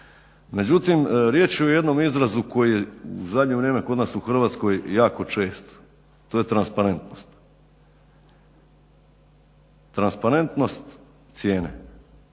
Međutim riječ je o jednom izrazu koje u zadnje vrijeme kod nas u Hrvatskoj jako čest to je transparentnost cijene. Transparentnost cijene